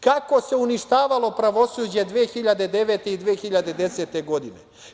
Kako se uništavalo pravosuđe 2009. i 2010. godine.